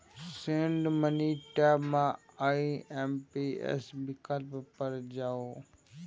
send money tab मे IMPS विकल्प पर जाउ